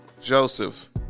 Joseph